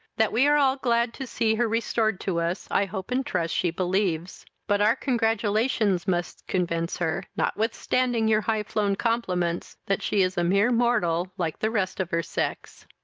that we are all glad to see her restored to us i hope and trust she believes but our congratulations must convince her, notwithstanding your high-flown compliments, that she is a mere mortal, like the rest of her sex.